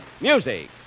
music